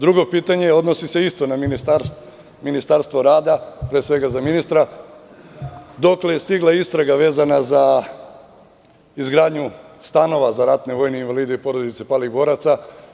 Drugo pitanje odnosi se isto na Ministarstvo rada, pre svega je za ministra – dokle je stigla istraga vezana za izgradnju stanova za ratne vojne invalide i porodice palih boraca?